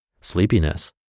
sleepiness